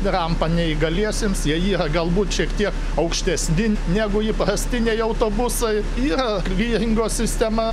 rampa neįgaliesiems jei jie galbūt šiek tiek aukštesni negu įprastiniai autobusai yra viringo sistema